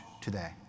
today